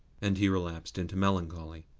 and he relapsed into melancholy.